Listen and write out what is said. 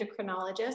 endocrinologist